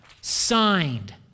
Signed